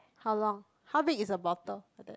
how long how big is the bottle like that